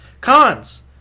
Cons